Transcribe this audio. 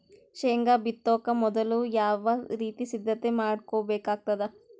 ಶೇಂಗಾ ಬಿತ್ತೊಕ ಮೊದಲು ಯಾವ ರೀತಿ ಸಿದ್ಧತೆ ಮಾಡ್ಬೇಕಾಗತದ?